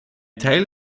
teil